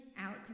out